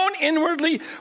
inwardly